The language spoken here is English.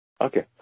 Okay